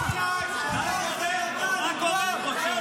מה קורה פה?